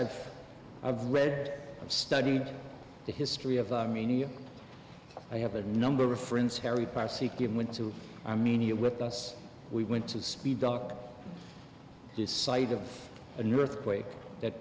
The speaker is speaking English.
i've i've read and studied the history of armenia i have a number of friends harry parsi given to i mean you're with us we went to speed doc this site of an earthquake that